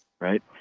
right